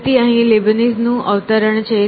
તેથી અહીં લીબનીઝ નું અવતરણ છે